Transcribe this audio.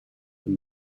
when